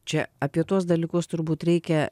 čia apie tuos dalykus turbūt reikia